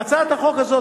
בהצעת החוק הזאת,